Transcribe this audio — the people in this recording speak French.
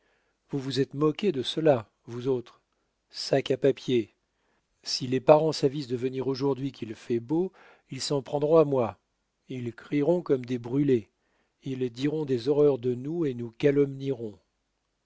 vous vous êtes moqué de cela vous autres sac à papier si les parents s'avisent de venir aujourd'hui qu'il fait beau ils s'en prendront à moi ils crieront comme des brûlés ils diront des horreurs de nous et nous calomnieront